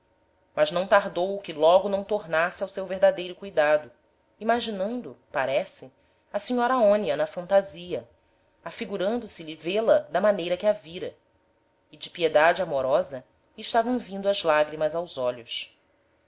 mas não tardou que logo não tornasse ao seu verdadeiro cuidado imaginando parece a senhora aonia na fantasia afigurando se lhe vê-la da maneira que a vira e de piedade amorosa lhe estavam vindo as lagrimas aos olhos